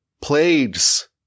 plagues